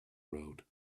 road